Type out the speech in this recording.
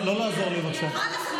לא רוצה חלאס.